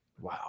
Wow